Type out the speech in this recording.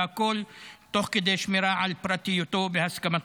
והכול תוך שמירה על פרטיותו והסכמתו.